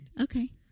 Okay